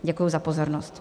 Děkuji za pozornost.